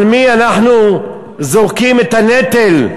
על מי אנחנו זורקים את הנטל?